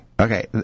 Okay